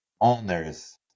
owners